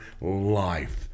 life